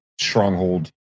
stronghold